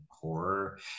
horror